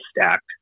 stacked